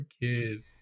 kid